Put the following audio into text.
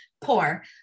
Poor